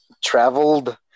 traveled